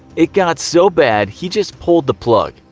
it got so bad he just pulled the plug.